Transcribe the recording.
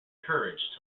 courage